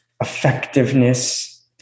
effectiveness